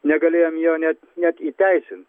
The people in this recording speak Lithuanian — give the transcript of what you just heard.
negalėjom jo net net įteisint